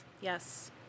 yes